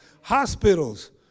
Hospitals